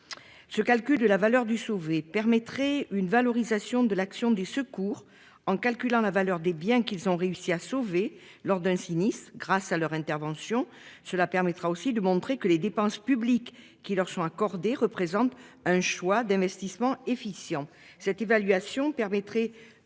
Ce calcul de la valeur du sauver permettrait une valorisation de l'action des secours en calculant la valeur des biens qu'ils ont réussi à sauver lors d'un sinistre grâce à leur intervention. Cela permettra aussi de montrer que les dépenses publiques qui leur sont accordés représente un choix d'investissement efficient cette évaluation permettrait